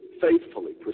faithfully